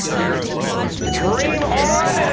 aerosmith. dream on